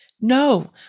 no